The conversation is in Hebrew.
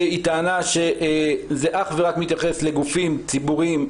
שהיא טענה שזה אך ורק מתייחס לגופים ציבוריים,